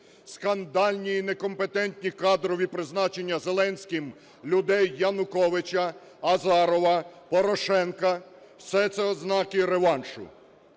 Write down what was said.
скандальні і некомпетентні кадрові призначення Зеленським людей Януковича, Азарова, Порошенка – все це ознаки реваншу.